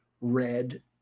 red